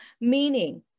Meaning